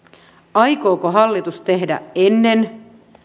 aikooko hallitus tehdä ennen